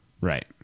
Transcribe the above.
Right